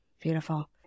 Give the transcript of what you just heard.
Beautiful